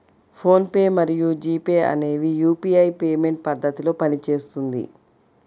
phone pay మరియు G Pay అనేవి UPI payment పద్ధతిలో పనిచేస్తుంది